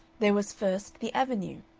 there was first the avenue,